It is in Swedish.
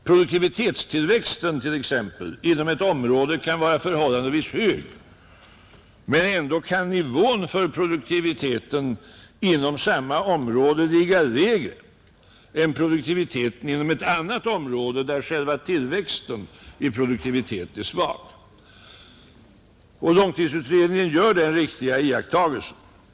Produktivitetstillväxten t.ex. inom ett område kan vara förhållandevis hög, men ändå kan nivån för produktiviteten inom samma område ligga lägre än produktiviteten inom ett annat område där tillväxten i produktivitet är svag. Långtidsutredningen gör denna riktiga iakttagelse.